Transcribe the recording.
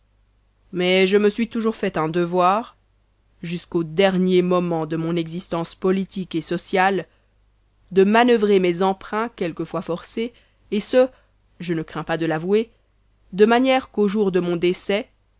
mais je me suis toujours fait un devoir jusqu'aux derniers momens de mon existence politique et sociale de manoeuvrer mes emprunts quelquefois forcés et ce je ne crains pas de l'avouer de manière qu'au jour de mon décès